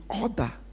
order